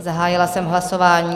Zahájila jsem hlasování.